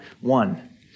one